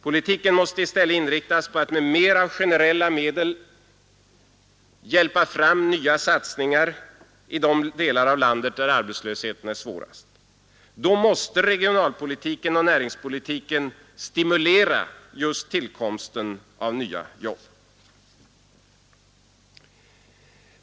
Politiken måste i stället inriktas på att med mer av generella medel hjälpa fram nya satsningar i de delar av landet där arbetslösheten är svårast. Då måste regionalpolitiken och näringspolitiken stimulera just tillkomsten av nya jobb.